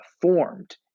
Formed